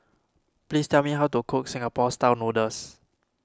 please tell me how to cook Singapore Style Noodles